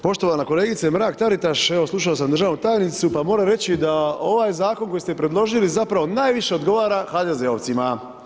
Poštovana kolegice Mrak Taritaš, evo slušao sam državnu tajnicu, pa moram reći da ovaj zakon koji ste predložili zapravo najviše odgovara HDZ-ovcima.